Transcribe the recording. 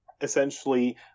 essentially